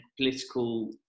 political